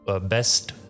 best